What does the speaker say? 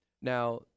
Now